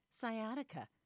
sciatica